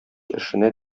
эшенә